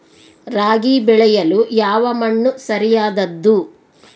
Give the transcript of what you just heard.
ರಾಗಿ ಬೆಳೆಯಲು ಯಾವ ಮಣ್ಣು ಸರಿಯಾದದ್ದು?